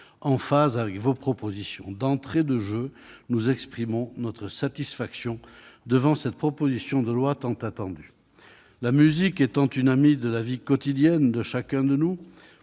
en phase avec vos propositions. D'entrée de jeu, nous exprimons notre satisfaction devant cette proposition de loi tant attendue. La musique étant une amie de la vie quotidienne de chacun de nous,